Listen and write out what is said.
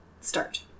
start